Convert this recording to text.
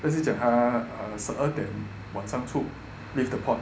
like say 讲它 err 十二点晚上出 leave the port